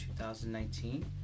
2019